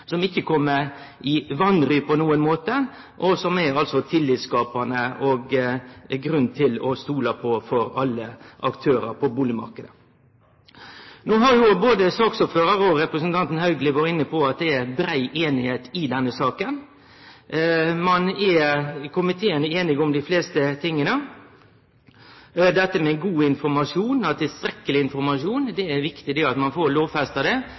ho ikkje kjem i vanry på nokon måte, som er tillitsskapande, og som det er grunn til å stole på for alle aktørar på bustadmarknaden. Både saksordføraren og representanten Haugli har vore inne på at det er brei einigheit i denne saka. Komiteen er einig om dei fleste tinga. Det er viktig at ein får lovfesta